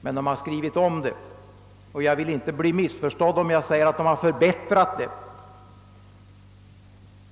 Men de har skrivit om det, och jag vill inte bli missförstådd om jag säger att de har förbättrat det!